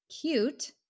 cute